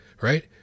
Right